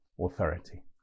authority